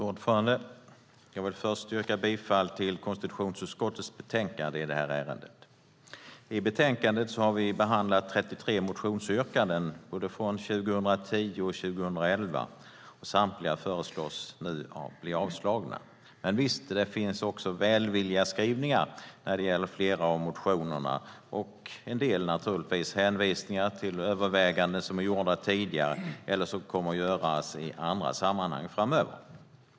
Fru talman! Jag vill inleda med att yrka bifall till utskottets förslag i det här ärendet. I betänkandet behandlar vi 33 motionsyrkanden från både 2010 och 2011. Samtliga avstyrks. Men visst finns det också välvilliga skrivningar när det gäller flera av motionerna, liksom en del hänvisningar till överväganden som är gjorda tidigare eller som kommer att göras i andra sammanhang framöver.